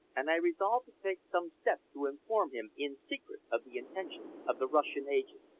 and i resolved to take some steps to inform him in secret of the intentions of the russian agent.